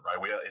right